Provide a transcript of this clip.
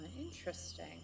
interesting